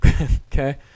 Okay